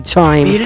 time